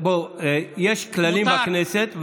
יש כללים בכנסת,